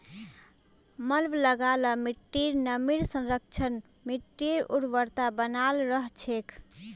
mulch लगा ल मिट्टीर नमीर संरक्षण, मिट्टीर उर्वरता बनाल रह छेक